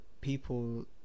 people